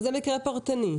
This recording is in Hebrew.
אבל זה מקרה פרטני.